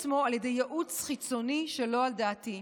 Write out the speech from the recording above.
עצמו על ידי ייעוץ חיצוני שלא על דעתי,